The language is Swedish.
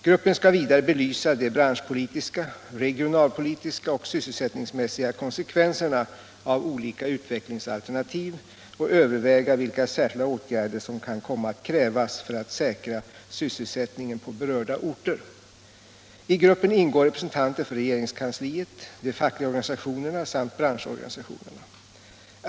Gruppen skall vidare belysa de branschpolitiska, regionalpolitiska och sysselsättningsmässiga konsekvenserna av olika utvecklingsalternativ och överväga vilka särskilda åtgärder som kan komma att krävas för att säkra sysselsättningen på berörda orter. I gruppen ingår representanter för regeringskansliet, de fackliga organisationerna samt branschorganisationerna.